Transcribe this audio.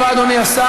תודה רבה, אדוני השר.